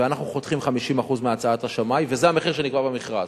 ואנחנו חותכים 50% מהצעת השמאי וזה המחיר שנקבע במכרז.